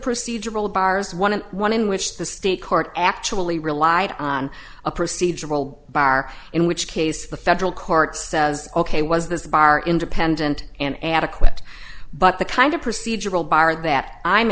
procedural bars one n one in which the state court actually relied on a procedural bar in which case the federal court says ok was this bar independent and adequate but the kind of procedural bar that i'm